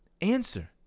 answer